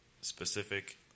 specific